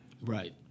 right